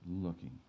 looking